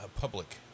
public